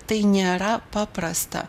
tai nėra paprasta